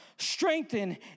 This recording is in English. strengthen